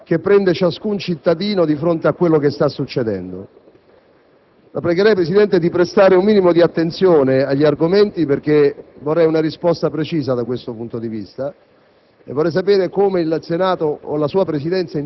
con l'inquietudine che prende ciascun cittadino di fronte a quanto sta succedendo. La pregherei, Presidente, di prestare un minimo di attenzione ai miei argomenti perché vorrei una risposta precisa. Vorrei sapere